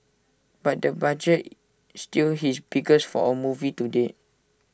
but the budget still his biggest for A movie to date